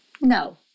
No